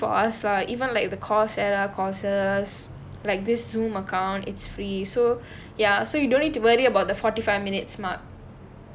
it's free for us lah even like the course at our courses like this Zoom account it's free so ya so you don't need to worry about the forty five minutes smart